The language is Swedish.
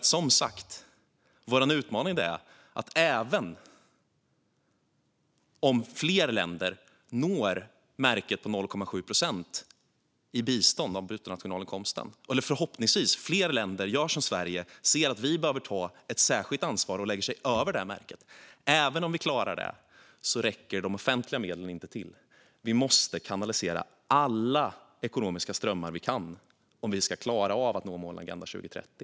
Som sagt har vi en utmaning även om fler länder når märket 0,7 procent av bruttonationalinkomsten i bistånd och även om fler länder förhoppningsvis gör som Sverige och ser att de behöver ta ett särskilt ansvar och lägger sig över det märket. Även om vi klarar detta räcker de offentliga medlen inte till, utan vi måste kanalisera alla ekonomiska strömmar vi kan om vi ska klara av att nå målen i Agenda 2030.